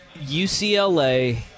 UCLA